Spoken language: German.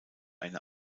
eine